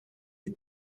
des